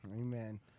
Amen